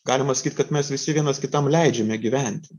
galima sakyt kad mes visi vienas kitam leidžiame gyventi